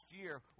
year